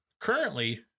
currently